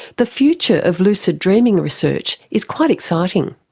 the future of lucid dreaming research is quite exciting.